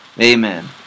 amen